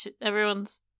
Everyone's